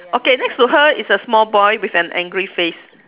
okay next to her is a small boy with an angry face